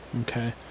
okay